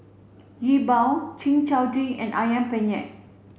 Yi Bua chin chow drink and Ayam Penyet